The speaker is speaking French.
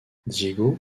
diego